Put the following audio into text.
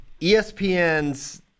ESPN's